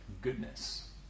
goodness